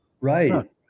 Right